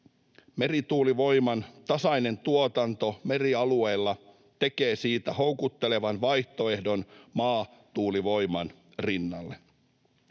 merituulivoiman tasainen tuotanto merialueilla tekee siitä houkuttelevan vaihtoehdon maatuulivoiman rinnalle.